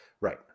right